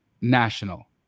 national